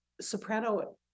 Soprano